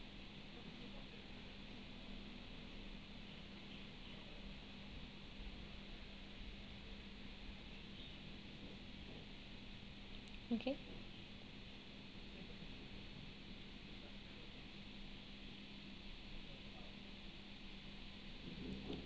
okay